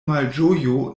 malĝojo